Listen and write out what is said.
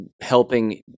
helping